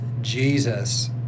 Jesus